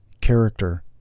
Character